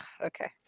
Okay